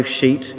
sheet